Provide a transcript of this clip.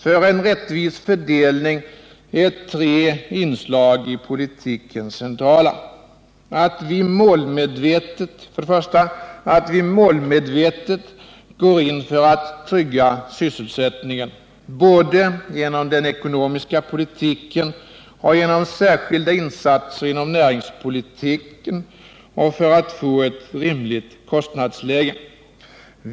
För en rättvis fördelning är tre inslag i politiken centrala: 1: Att vi målmedvetet går in för att trygga sysselsättningen, både genom den ekonomiska politiken och genom särskilda insatser inom näringspolitiken och för att få ett rimligt kostnadsläge.